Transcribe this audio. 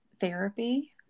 therapy